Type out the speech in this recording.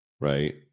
right